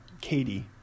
Katie